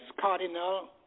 Cardinal